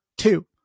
two